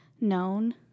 known